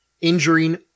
injuring